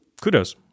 kudos